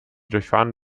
durchfahren